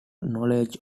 knowledge